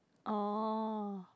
oh